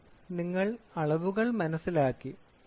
അതിനാൽ നിങ്ങൾ അളവുകൾ മനസ്സിലാക്കി